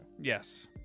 yes